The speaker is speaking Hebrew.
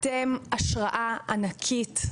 אתם השראה ענקית.